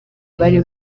bari